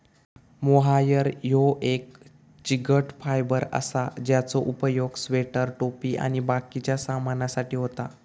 mohair ह्यो एक चिकट फायबर असा ज्याचो उपयोग स्वेटर, टोपी आणि बाकिच्या सामानासाठी होता